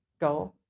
go